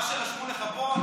מה שרשמו לך פה,